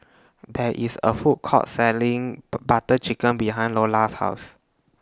There IS A Food Court Selling Butter Chicken behind Lolla's House